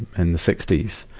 and the sixty s.